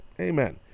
Amen